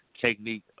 technique